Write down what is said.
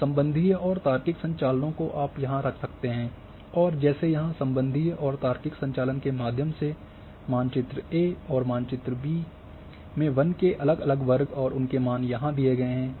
अब संबंधीय और तार्किक संचालनों को आप यहाँ एक रख सकते हैं और जैसे यहाँ संबंधीय और तार्किक संचालन के माध्यम से मानचित्र ए और मानचित्र बी में वन के अलग अलग वर्ग और उनके मान यहाँ दिए गए हैं